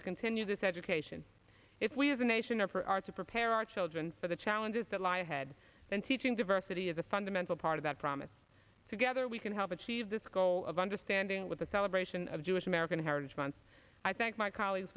to continue this education if we as a nation or for our to prepare our children for the challenges that lie ahead and teaching diversity as a fundamental part of that promise together we can help achieve this goal of understanding with the celebration of jewish american heritage month i thank my colleagues